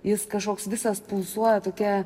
jis kažkoks visas pulsuoja tokia